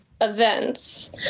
events